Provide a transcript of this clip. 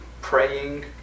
praying